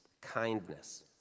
kindness